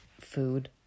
food